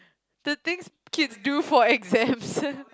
the things kids do for exams